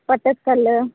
Pattadakal